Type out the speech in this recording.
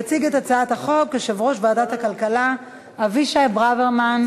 יציג את הצעת החוק יושב-ראש ועדת הכלכלה אבישי ברוורמן.